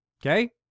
Okay